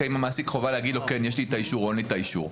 אז חובה להגיד יש את האישור או אין את האישור.